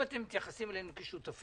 אם אתם מתייחסים אלינו כשותפים,